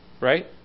right